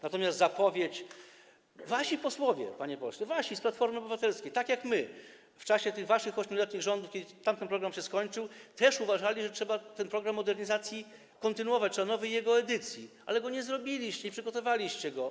Natomiast wasi posłowie, panie pośle, posłowie z Platformy Obywatelskiej, tak jak my, w czasie tych waszych 8-letnich rządów, kiedy tamten program się skończył, też uważali, że trzeba ten program modernizacji kontynuować, że trzeba nowej jego edycji, ale tego nie zrobiliście, nie przygotowaliście go.